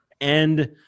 And-